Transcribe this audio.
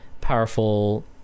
powerful